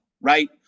right